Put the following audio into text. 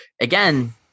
again